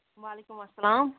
وَعلیکُم اَسَلام